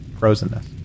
frozenness